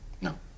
No